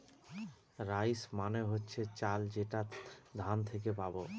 rice মানে হচ্ছে চাল যেটা ধান থেকে পাবো